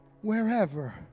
wherever